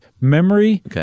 Memory